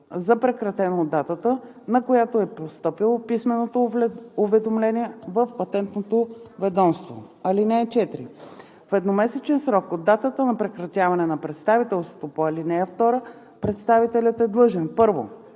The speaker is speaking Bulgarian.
за прекратено от датата, на която е постъпило писменото уведомление в Патентното ведомство. (4) В едномесечен срок от датата на прекратяване на представителството по ал. 2 представителят е длъжен: 1.